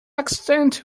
extent